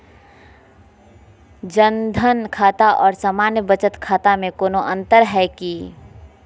जन धन खाता और सामान्य बचत खाता में कोनो अंतर है की?